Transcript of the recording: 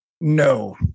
No